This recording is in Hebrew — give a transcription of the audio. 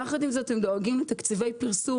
יחד עם זאת הם דואגים לתקציבי פרסום,